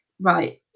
right